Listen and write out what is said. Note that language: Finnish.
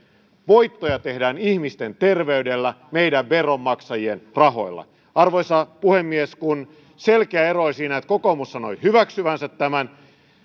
voittoja tehdään ihmisten terveydellä meidän veronmaksajien rahoilla arvoisa puhemies kun selkeä ero oli siinä että kokoomus sanoi hyväksyvänsä tämän ja